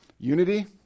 Unity